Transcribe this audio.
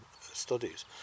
studies